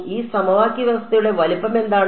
ഈ സമവാക്യ വ്യവസ്ഥയുടെ വലിപ്പം എന്താണ്